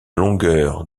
longueur